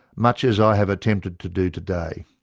much as i have attempted to do today.